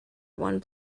one